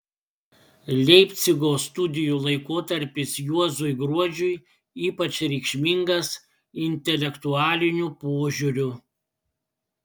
leipcigo studijų laikotarpis juozui gruodžiui ypač reikšmingas intelektualiniu požiūriu